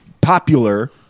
popular